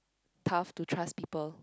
tough to trust people